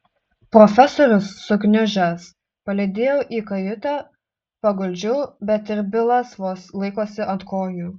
profesorius sugniužęs palydėjau į kajutę paguldžiau bet ir bilas vos laikosi ant kojų